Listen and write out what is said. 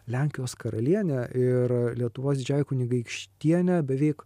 lenkijos karaliene ir lietuvos didžiąja kunigaikštiene beveik